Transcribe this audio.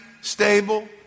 stable